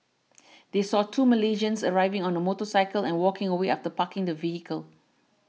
they saw two Malaysians arriving on a motorcycle and walking away after parking the vehicle